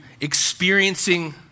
experiencing